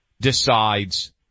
decides